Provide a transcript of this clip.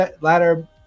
Ladder